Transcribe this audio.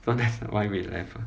that's why we left ah